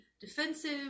defensive